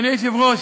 אדוני היושב-ראש,